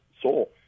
soul